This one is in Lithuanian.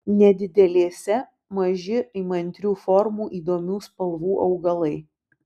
nedidelėse maži įmantrių formų įdomių spalvų augalai